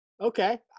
Okay